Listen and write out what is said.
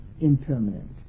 impermanent